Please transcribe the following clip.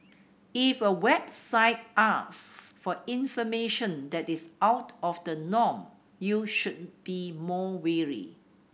if a website ask for information that is out of the norm you should be more wary